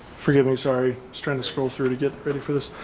forgive me sorry, strength, scroll through to get ready for this.